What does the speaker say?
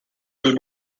will